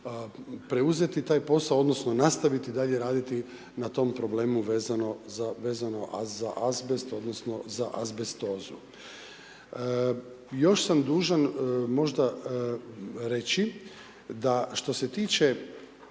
preuzeti taj posao odnosno nastaviti dalje raditi na tom problemu vezano za azbest odnosno za azbestozu. Još sam dužan možda reći da što se tiče